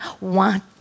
want